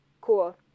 Cool